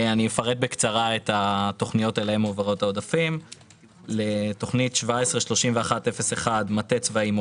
פנייה 16001 פנייה 16001. הפנייה התקציבית